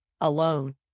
alone